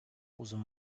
uzun